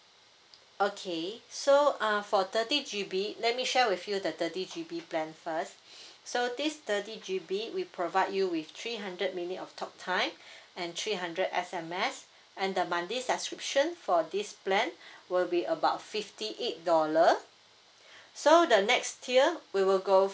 okay so uh for thirty G_B let me share with you the thirty G_B plan first so this thirty G_B we provide you with three hundred minute of talk time and three hundred S_M_S and the monthly subscription for this plan will be about fifty eight dollar so the next tier we will go